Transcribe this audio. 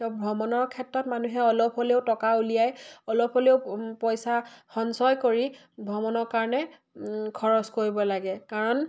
তেওঁ ভ্ৰমণৰ ক্ষেত্ৰত মানুহে অলপ হ'লেও টকা উলিয়াই অলপ হ'লেও পইচা সঞ্চয় কৰি ভ্ৰমণৰ কাৰণে খৰচ কৰিব লাগে কাৰণ